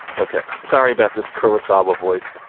okay. sorry about this karasawa voice.